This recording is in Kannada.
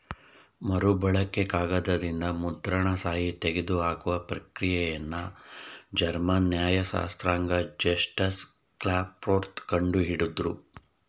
ಮರುಬಳಕೆ ಕಾಗದದಿಂದ ಮುದ್ರಣ ಶಾಯಿ ತೆಗೆದುಹಾಕುವ ಪ್ರಕ್ರಿಯೆನ ಜರ್ಮನ್ ನ್ಯಾಯಶಾಸ್ತ್ರಜ್ಞ ಜಸ್ಟಸ್ ಕ್ಲಾಪ್ರೋತ್ ಕಂಡು ಹಿಡುದ್ರು